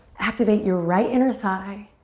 activate your right inner thigh.